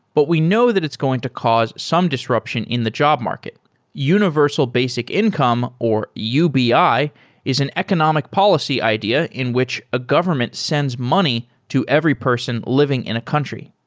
but we know that it's going to cause some disruption in the job market universal basic income, or ubi, is an economic policy idea in which a government sends money to every person living in a country.